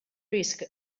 risk